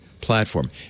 platform